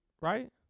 right